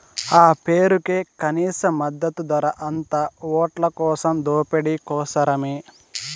ఆ పేరుకే కనీస మద్దతు ధర, అంతా ఓట్లకోసం దోపిడీ కోసరమే